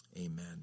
Amen